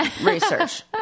research